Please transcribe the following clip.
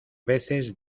veces